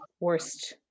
worst